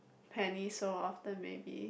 Penny so often maybe